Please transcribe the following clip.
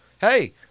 Hey